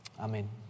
Amen